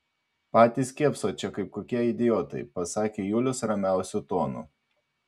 patys kėpsot čia kaip kokie idiotai pasakė julius ramiausiu tonu